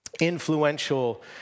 influential